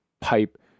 pipe